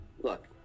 Look